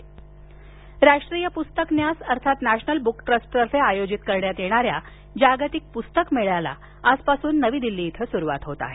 पस्तक मेळा राष्ट्रीय पुस्तक न्यास अर्थात नॅशनल बुक ट्रस्टतर्फे आयोजित करण्यात येणाऱ्या जागतिक पुस्तक मेळ्याला आजपासून नवी दिल्ली इथं सुरुवात होत आहे